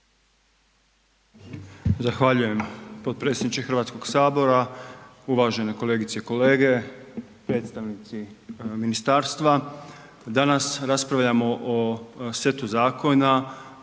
Zahvaljujem potpredsjedniče Hrvatskoga sabora, uvažene kolegice i kolege, predstavnici ministarstva. Danas raspravljamo o setu zakona